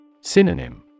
Synonym